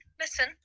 Listen